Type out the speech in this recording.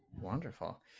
wonderful